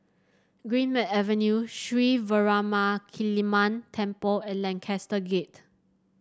Greenmead Avenue Sri Veeramakaliamman Temple and Lancaster Gate